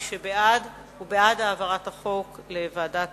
מי שבעד הוא בעד העברת החוק לוועדת